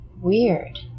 Weird